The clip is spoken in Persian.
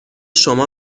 شما